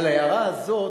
על ההערה הזאת,